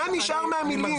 מה נשאר מהמילים, ניר?